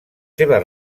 seves